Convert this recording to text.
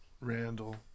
Randall